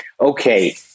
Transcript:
okay